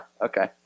okay